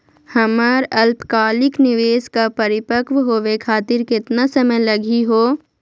हमर अल्पकालिक निवेस क परिपक्व होवे खातिर केतना समय लगही हो?